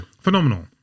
Phenomenal